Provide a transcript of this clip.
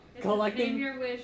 collecting